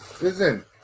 Listen